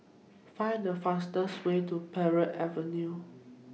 Find The fastest Way to Parry Avenue